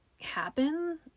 happen